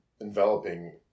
enveloping